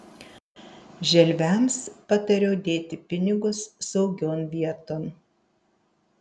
želviams patariau dėti pinigus saugion vieton